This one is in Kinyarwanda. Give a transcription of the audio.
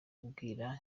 kubwira